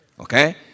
Okay